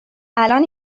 الان